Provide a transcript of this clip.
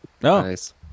Nice